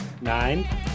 nine